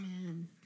Amen